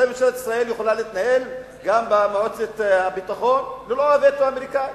כנראה ממשלת ישראל יכולה להתנהל גם במועצת הביטחון ללא הווטו האמריקני,